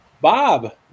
Bob